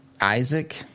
Isaac